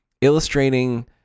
illustrating